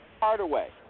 Hardaway